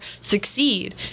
succeed